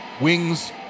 wings